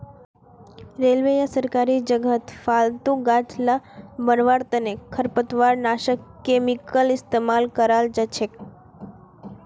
railway या सरकारी जगहत फालतू गाछ ला मरवार तने खरपतवारनाशक केमिकल इस्तेमाल कराल जाछेक